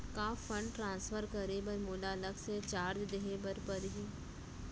का fund transfer करे बर मोला अलग से चार्ज देहे बर परही?